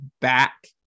back